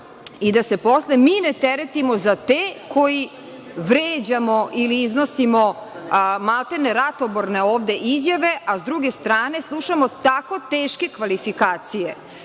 i da se posle mi ne teretimo za te koji vređamo, ili iznosimo, maltene, ratoborne ovde izjave. S druge strane, slušamo tako teške kvalifikacije